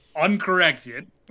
uncorrected